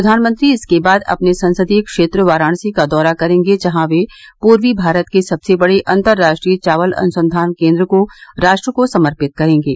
प्रधानमंत्री इसके बाद अपने संसदीय क्षेत्र वाराणसी का दौरा करेंगे जहां वे पूर्वी भारत के सबसे बड़े अतर्राष्ट्रीय चावल अनुसंधान केन्द्र को राष्ट्र को समर्पित करेंगे